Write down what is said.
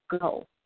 go